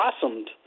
blossomed